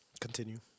Continue